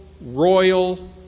royal